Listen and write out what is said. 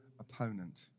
opponent